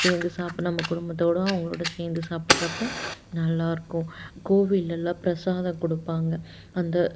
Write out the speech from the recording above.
சேர்ந்து சாப்பிட்ணும் நம்ம குடும்பத்தோட அவங்களோடோ சேர்ந்து சாப்பிட்றப்போ நல்லாயிருக்கும் கோவில்லயெலாம் பிரசாதம் கொடுப்பாங்க அந்த